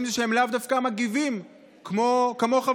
הם שהם לאו דווקא מגיבים כמוך וכמוני,